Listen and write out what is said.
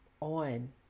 on